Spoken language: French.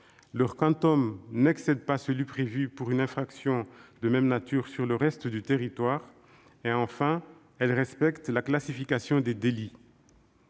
Leur n'excède pas celui qui est prévu pour une infraction de même nature sur le reste du territoire. Enfin, elles respectent la classification des délits.